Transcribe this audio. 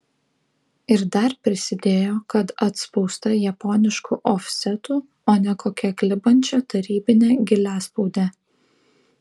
ir dar prisidėjo kad atspausta japonišku ofsetu o ne kokia klibančia tarybine giliaspaude